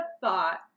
thought